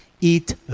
eat